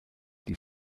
die